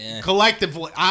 collectively